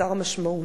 חסר משמעות,